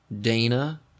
Dana